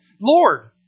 lord